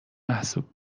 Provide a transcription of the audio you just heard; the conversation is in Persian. محسوب